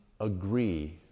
agree